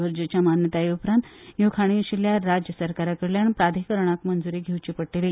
गरजेच्या मान्यताये उपरांत ह्यो खणी आशिल्ल्या राज्य सरकारा कडल्यान प्राधिकरणाक मंजुरी घेवची पडटली